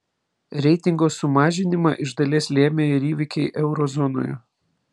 reitingo sumažinimą iš dalies lėmė ir įvykiai euro zonoje